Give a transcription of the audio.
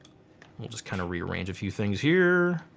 we'll just kind of rearrange a few things here.